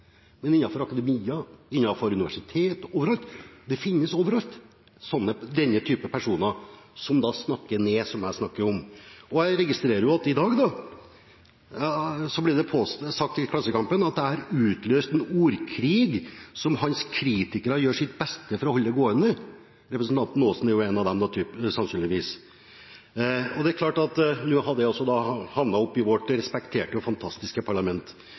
akademia, innenfor universiteter, over alt – de finnes over alt, denne typen personer som jeg snakker om, som snakker ned. Jeg registrerer at det i dag ble skrevet i Klassekampen at jeg har utløst en ordkrig som mine kritikere gjør sitt beste for å holde gående. Representanten Aasen er sannsynligvis en av dem. Og det er klart at nå har dette havnet i vårt respekterte og fantastiske parlament.